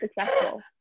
successful